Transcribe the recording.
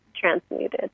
transmuted